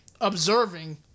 observing